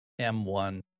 M1